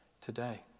today